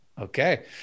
Okay